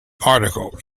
article